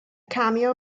cameo